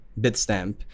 Bitstamp